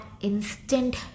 instant